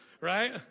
Right